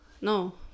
no